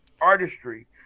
artistry